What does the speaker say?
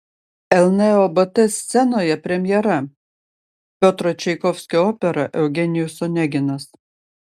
lnobt scenoje premjera piotro čaikovskio opera eugenijus oneginas